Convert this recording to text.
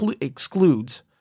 excludes